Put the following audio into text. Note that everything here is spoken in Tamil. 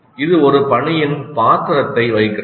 இது ஒரு பணியின் பாத்திரத்தை வகிக்கிறது